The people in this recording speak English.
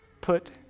put